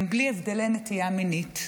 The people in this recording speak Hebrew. גם בלי הבדלי נטייה מינית.